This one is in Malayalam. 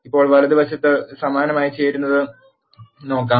ഇപ്പോൾ വലതുവശത്ത് സമാനമായി ചേരുന്നത് നോക്കാം